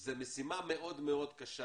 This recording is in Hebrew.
זה משימה מאוד מאוד קשה